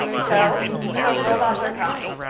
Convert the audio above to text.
so the robots are coming.